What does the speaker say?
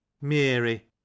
Mary